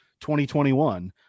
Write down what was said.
2021